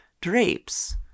drapes